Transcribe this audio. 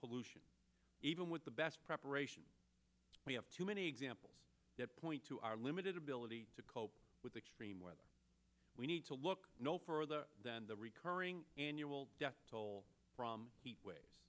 pollution even with the best preparation we have too many examples that point to our limited ability to cope with extreme weather we need to look no further than the recurring annual death toll from heat wa